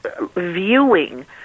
viewing